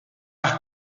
las